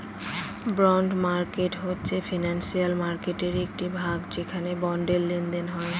bond market হচ্ছে financial মার্কেটের একটি ভাগ যেখানে বন্ডের লেনদেন হয়